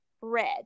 red